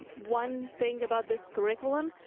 one thing about this curriculum,